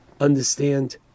understand